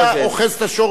אדוני סגן השר מוזס,